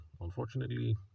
unfortunately